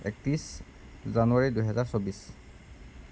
একত্ৰিছ জানুৱাৰী দুহেজাৰ চৌব্বিছ